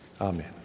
Amen